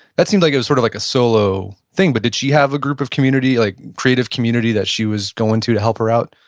that seems like it was sort of like a solo thing, but did she have a group of community, like creative community that she was going to, to help her out?